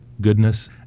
goodness